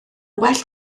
well